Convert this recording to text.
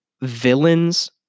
Villains